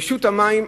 רשות המים,